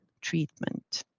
treatment